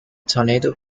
tornado